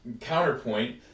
counterpoint